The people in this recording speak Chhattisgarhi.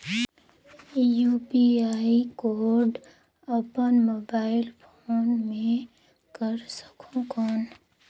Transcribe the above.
यू.पी.आई कोड अपन मोबाईल फोन मे कर सकहुं कौन?